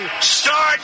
start